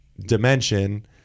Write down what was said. dimension